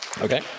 Okay